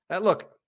look